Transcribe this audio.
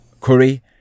Curry